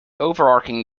overarching